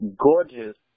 gorgeous